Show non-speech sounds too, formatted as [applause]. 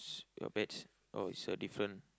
[noise] your bets oh it's a different